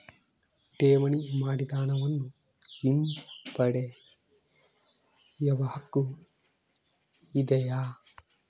ಠೇವಣಿ ಮಾಡಿದ ಹಣವನ್ನು ಹಿಂಪಡೆಯವ ಹಕ್ಕು ಇದೆಯಾ?